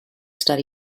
study